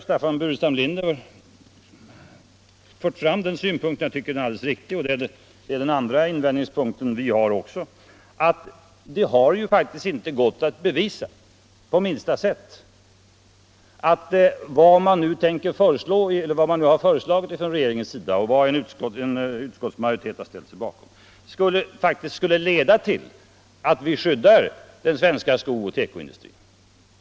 Staffan Burenstam Linder har fört fram den synpunkten — jag tycker att den är alldeles riktig, och det är på den punkten som vi gör vår andra invändning — att det inte på minsta sätt har gått att bevisa att vad regeringen nu har föreslagit och en utskottsmajoritet ställt sig bakom skulle leda till att vi skyddar den svenska sko och tekoindustrin.